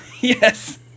yes